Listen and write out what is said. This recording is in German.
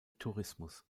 tourismus